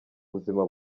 buzima